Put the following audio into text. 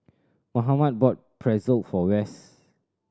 Mohamed bought Pretzel for Wess